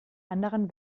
anderen